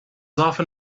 often